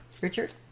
Richard